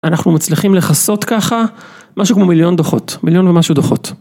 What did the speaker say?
אנחנו מצליחים לחסות ככה, משהו כמו מיליון דוחות, מיליון ומשהו דוחות.